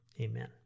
Amen